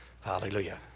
Hallelujah